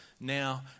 now